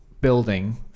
building